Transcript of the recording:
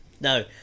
no